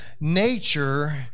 nature